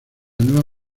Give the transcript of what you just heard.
nueva